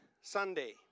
Sunday